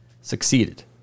succeeded